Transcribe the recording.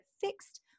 fixed